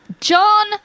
John